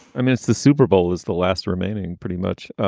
i mean it's the super bowl is the last remaining pretty much.